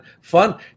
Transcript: fun